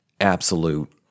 Absolute